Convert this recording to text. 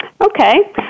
Okay